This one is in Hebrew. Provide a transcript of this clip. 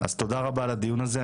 אז תודה רבה על הדיון הזה.